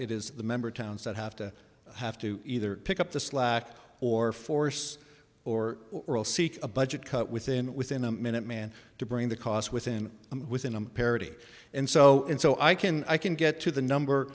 it is the member towns that have to have to either pick up the slack or force or a budget cut within within a minute man to bring the cost within within a parity and so and so i can i can get to the number